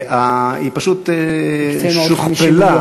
היא פשוט שוכפלה,